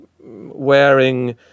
wearing